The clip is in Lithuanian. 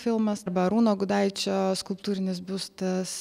filmas arba arūno gudaičio skulptūrinis biustas